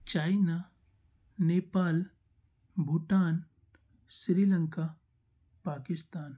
China Nepal Bhutan Sri Lanka Pakistan